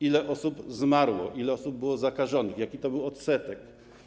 Ile osób zmarło, ile osób było zakażonych, jaki to był odsetek?